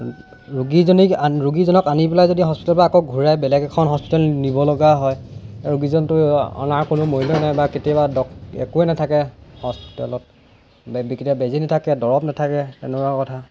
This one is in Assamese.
ৰোগীজনীক আন ৰোগীজনক আনি পেলাই যদি হস্পিতেলৰ পৰা আকৌ ঘূৰাই বেলেগে এখন হস্পিতেল নিব লগা হয় ৰোগীজনটো অনাৰ কোনো মূল্য নাই বা কেতিয়া ডক একোৱেই নাথাকে হষ্টেলত বে কেতিয়াবা বেজী নাথাকে দৰৱ নাথাকে তেনেকুৱা কথা